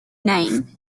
name